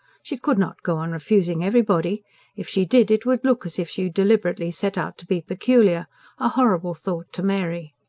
she could not go on refusing everybody if she did, it would look as if she deliberately set out to be peculiar a horrible thought to mary.